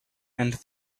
and